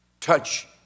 touch